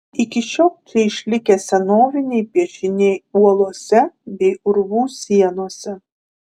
iki šiol čia išlikę senoviniai piešiniai uolose bei urvų sienose